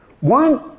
One